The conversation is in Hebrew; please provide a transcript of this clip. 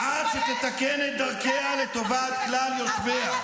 עד שתתקן את דרכיה לטובת כלל יושביה.